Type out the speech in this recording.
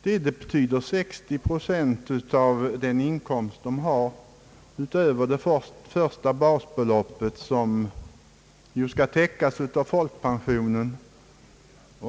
Det betyder 60 procent av den inkomst de haft utöver basbeloppet — folkpensionen skall ju täcka den inkomst som motsvarar basbeloppet.